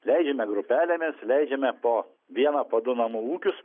leidžiame grupelėmis leidžiame po vieną po du namų ūkius